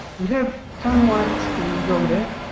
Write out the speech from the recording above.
we have tanwat in in njombe,